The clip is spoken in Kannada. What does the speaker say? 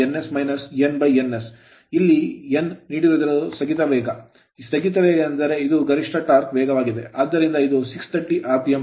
ಏಕೆಂದರೆ ಇಲ್ಲಿ n ನೀಡಿರುವುದು ಸ್ಥಗಿತ ವೇಗ ಸ್ಥಗಿತ ವೇಗ ಎಂದರೆ ಇದು ಗರಿಷ್ಠ torque ಟಾರ್ಕ್ ವೇಗವಾಗಿದೆ ಆದ್ದರಿಂದ ಇದು 630 rpm ಆಗಿದೆ